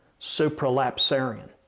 Supralapsarian